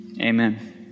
Amen